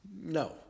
No